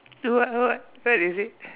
what what what is it